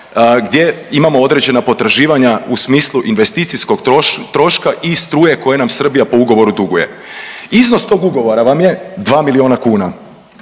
gdje imamo određena potraživanja u smislu investicijskog troška i struje koju nam Srbija po ugovoru duguje. Iznos tog ugovora vam je dva milijuna kuna.